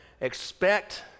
expect